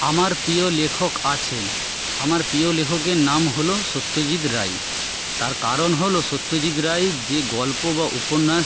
আমার প্রিয় লেখক আছেন আমার প্রিয় লেখকের নাম হলো সত্যজিৎ রায় তার কারণ হলো সত্যজিৎ রায় যে গল্প বা উপন্যাস